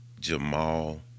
Jamal